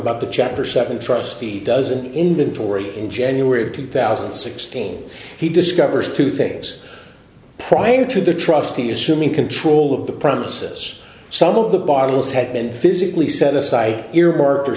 about the chapter seven trustee does an indian tory in january of two thousand and sixteen he discovers two things prior to the trustee assuming control of the premises some of the bottles had been physically set aside earmarked